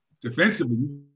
Defensively